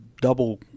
double